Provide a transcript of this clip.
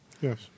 Yes